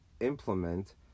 implement